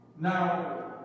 Now